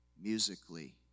musically